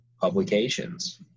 publications